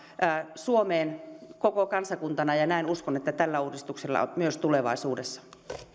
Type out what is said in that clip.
suomeen koko kansakunnalle ja ja näin uskon että myös tällä uudistuksella sitä saadaan tulevaisuudessa